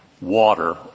water